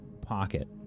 pocket